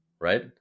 right